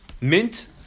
Mint